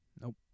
nope